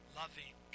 loving